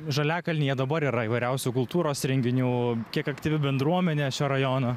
žaliakalnyje dabar yra įvairiausių kultūros renginių kiek aktyvi bendruomenė šio rajono